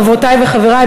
חברותי וחברי,